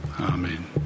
Amen